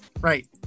right